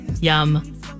Yum